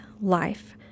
life